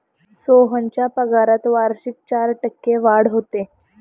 सोहनच्या पगारात वार्षिक चार टक्के वाढ होते